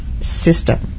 system